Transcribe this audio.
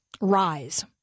rise